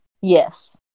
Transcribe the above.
Yes